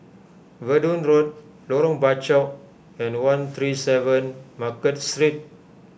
Verdun Road Lorong Bachok and one three seven Market Street